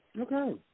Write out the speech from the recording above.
Okay